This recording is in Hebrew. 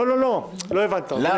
לא, לא, לא הבנת אותי.